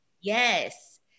Yes